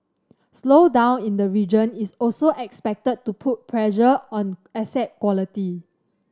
slowdown in the region is also expected to put pressure on asset quality